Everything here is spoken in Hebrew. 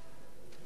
אין.